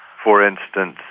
for instance,